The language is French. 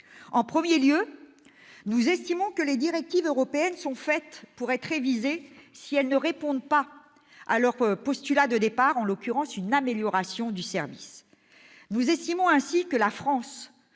En premier lieu, nous estimons que les directives européennes sont faites pour être révisées si elles ne répondent pas à leur postulat de départ, en l'occurrence une amélioration du service. Nous estimons ainsi que la France,